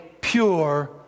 pure